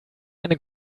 eine